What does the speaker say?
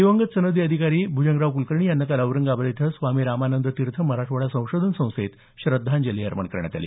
निव्तत सनदी अधिकारी दिवंगत भ्जंगराव कुलकर्णी यांना काल औरंगाबाद इथं स्वामी रामानंद तीर्थ मराठवाडा संशोधन संस्थेत श्रद्धांजली अर्पण करण्यात आली